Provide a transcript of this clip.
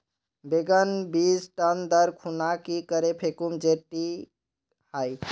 बैगन बीज टन दर खुना की करे फेकुम जे टिक हाई?